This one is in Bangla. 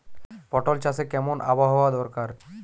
পটল চাষে কেমন আবহাওয়া দরকার?